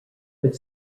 but